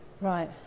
Right